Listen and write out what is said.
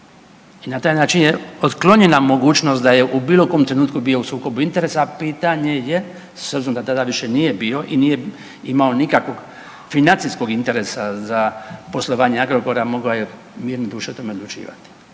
I na taj način je otklonjena mogućnost da je u bilo kom trenutku bio u sukobu interesa, a pitanje je s obzirom da tada više nije bio i nije imamo nikakvog financijskog interesa za poslovanje Agrokora mogao je mirne duše o tome odlučivati.